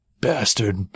Bastard